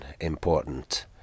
important